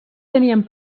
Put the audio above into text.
tenien